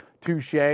touche